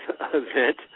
event